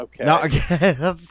Okay